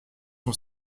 son